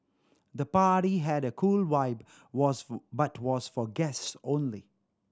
the party had a cool vibe was for but was for guests only